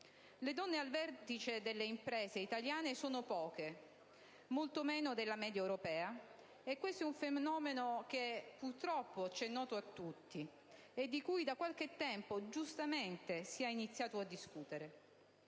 Le donne al vertice delle imprese italiane sono poche, molto meno della media europea. Questo è un fenomeno purtroppo noto a tutti e di cui da qualche tempo giustamente si è iniziato a discutere.